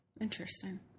Interesting